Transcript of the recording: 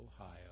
Ohio